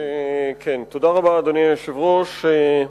תודה רבה, אדוני היושב-ראש.